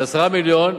ב-10 מיליון,